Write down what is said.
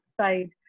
side